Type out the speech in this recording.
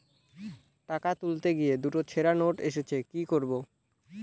টাকা তুলতে গিয়ে দুটো ছেড়া নোট এসেছে কি করবো?